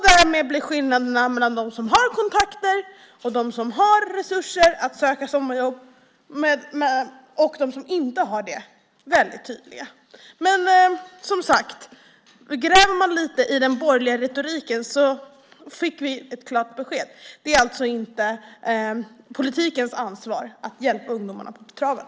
Därmed blir skillnaderna mellan dem som har kontakter, som har resurser att söka sommarjobb, och dem som inte har det tydliga. Om vi gräver lite i den borgerliga retoriken får vi ett klart besked. Det är inte politikens ansvar att hjälpa ungdomarna på traven.